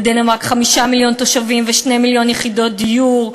בדנמרק 5 מיליון תושבים ו-2 מיליון יחידות דיור,